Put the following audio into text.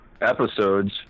episodes